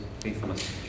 faithfulness